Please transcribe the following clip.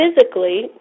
physically